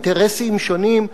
אינטרסים שונים,